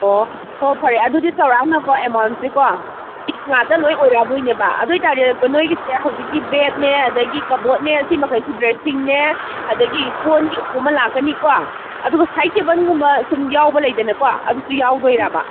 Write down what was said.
ꯑꯣꯑꯣ ꯍꯣꯏ ꯐꯔꯦ ꯑꯗꯨꯗꯤ ꯆꯥꯎꯔꯥꯛꯅꯀꯣ ꯑꯦꯃꯥꯎꯟꯁꯤꯀꯣ ꯇꯤꯛ ꯉꯥꯛꯇ ꯂꯣꯏ ꯑꯣꯏꯔꯛꯑꯗꯣꯏꯅꯦꯕ ꯑꯗꯨꯑꯣꯏ ꯇꯥꯔꯗꯤ ꯅꯣꯏꯒꯤꯁꯦ ꯍꯧꯖꯤꯛꯀꯤ ꯕꯦꯠꯅꯦ ꯑꯗꯒꯤ ꯀꯞꯕꯣꯔꯠꯅꯦ ꯁꯤꯃꯈꯩꯁꯤ ꯗ꯭ꯔꯦꯁꯤꯡꯅꯦ ꯑꯗꯒꯤ ꯀꯣꯟꯒꯤ ꯎꯄꯨ ꯑꯃ ꯂꯥꯛꯀꯅꯤꯀꯣ ꯑꯗꯨꯒ ꯁꯥꯏꯠ ꯇꯦꯕꯜꯒꯨꯝꯕ ꯁꯨꯝ ꯌꯥꯎꯕ ꯂꯩꯗꯅꯀꯣ ꯑꯗꯨꯁꯨ ꯌꯥꯎꯗꯣꯏꯔꯕ